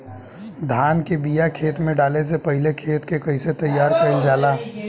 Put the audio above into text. धान के बिया खेत में डाले से पहले खेत के कइसे तैयार कइल जाला?